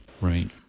right